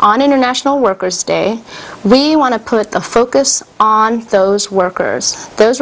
on international workers day we want to put the focus on those workers those